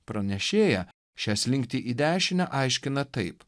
pranešėją šią slinktį į dešinę aiškina taip